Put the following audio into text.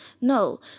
No